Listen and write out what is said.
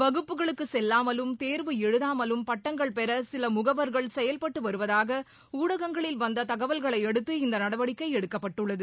வகுப்புகளுக்கு செல்லாமலும் தேர்வு எழுதாமலும் பட்டங்கள் பெற சில செயல்பட்டுவருவதாக ஊடகங்களில் வந்த தகவல்களை அடுத்து இந்த நடவடிக்கை எடுக்கப்பட்டுள்ளது